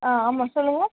ஆ ஆமாம் சொல்லுங்கள்